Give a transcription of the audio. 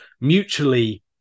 mutually